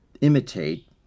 imitate